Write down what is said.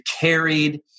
carried